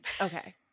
Okay